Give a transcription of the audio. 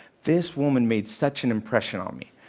this woman made such an impression on me.